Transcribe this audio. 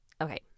okay